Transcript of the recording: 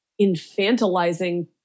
infantilizing